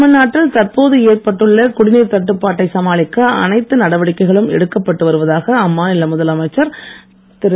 தமிழ்நாட்டில் தற்போது ஏற்பட்டுள்ள குடிநீர் தட்டுப்பாட்டை சமாளிக்க அனைத்து நடவடிக்கைகளும் எடுக்கப்பட்டு வருவதாக அம்மாநில முதலமைச்சர் திரு